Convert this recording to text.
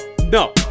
no